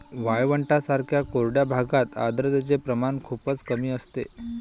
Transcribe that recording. वाळवंटांसारख्या कोरड्या भागात आर्द्रतेचे प्रमाण खूपच कमी असते